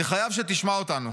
אני חייב שתשמע אותנו.